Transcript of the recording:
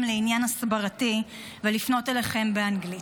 לעניין הסברתי ולפנות אליכם באנגלית.